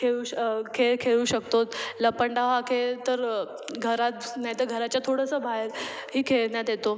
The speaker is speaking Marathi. खेळू श खेळ खेळू शकतो लपंडाव हा खेळ तर घरात नाही तर घराच्या थोडंसं बाहेर ही खेळण्यात येतो